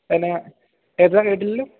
എന്നാ എന്നതാണ് കേട്ടില്ലല്ലോ